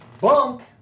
bunk